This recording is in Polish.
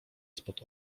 spod